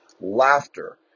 laughter